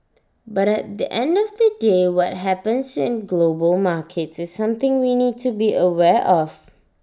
but at the end of the day what happens in global markets is something we need to be aware of